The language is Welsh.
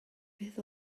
beth